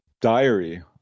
diary